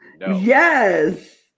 Yes